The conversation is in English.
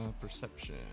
Perception